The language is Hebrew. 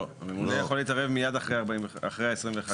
לא, הממונה יכול להתערב מיד אחרי 21 יום.